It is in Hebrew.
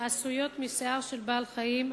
העשויות משיער של בעל-חיים),